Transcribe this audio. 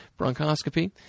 Bronchoscopy